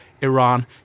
Iran